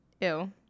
Ew